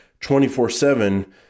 24-7